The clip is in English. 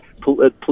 police